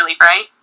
right